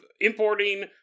importing